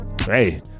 hey